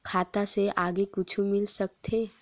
खाता से आगे कुछु मिल सकथे?